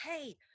hey